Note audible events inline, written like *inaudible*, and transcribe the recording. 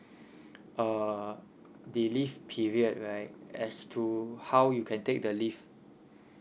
*breath* uh the leave period right as to how you can take the leave